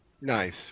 Nice